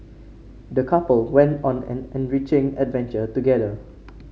the couple went on an enriching adventure together